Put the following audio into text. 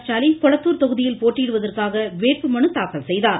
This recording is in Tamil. ஸ்டாலின் கொளத்தார் தொகுதியில் கிழுக போட்டியிடுவதற்காக வேட்பு மனு தாக்கல் செய்தார்